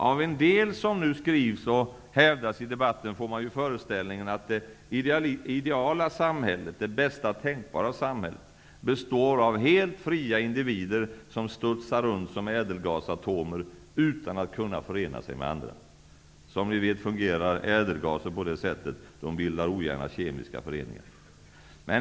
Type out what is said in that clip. Av en del av det som nu skrivs och hävdas i debatten får man föreställningen att det ideala, det bästa tänkbara, samhället består av helt fria individer som studsar runt som ädelgasatomer, utan att kunna förena sig med andra. Som ni vet fungerar ädelgaser på det sättet. De bildar ogärna kemiska föreningar.